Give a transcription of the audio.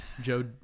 Joe